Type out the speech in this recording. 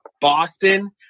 Boston